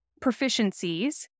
proficiencies